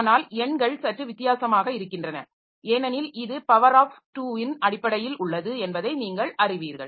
ஆனால் எண்கள் சற்று வித்தியாசமாக இருக்கின்றன ஏனெனில் இது பவர் ஆஃப் 2 இன் அடிப்படையில் உள்ளது என்பதை நீங்கள் அறிவீர்கள்